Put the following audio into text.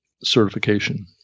certification